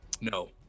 No